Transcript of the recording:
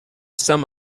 some